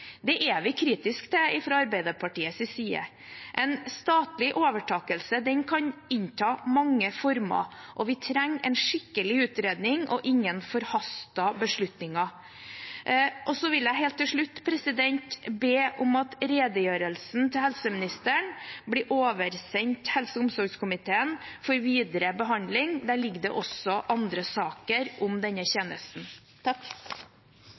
Det er vi fra Arbeiderpartiets side kritisk til. En statlig overtakelse kan anta mange former, og vi trenger en skikkelig utredning og ingen forhastede beslutninger. Helt til slutt vil jeg be om at helseministerens redegjørelse blir oversendt helse- og omsorgskomiteen for videre behandling. Der ligger det også andre saker om denne